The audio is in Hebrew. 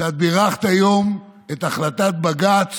שאת בירכת היום את החלטת בג"ץ